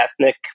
ethnic